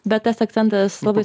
bet tas akcentas labai